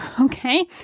okay